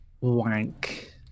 wank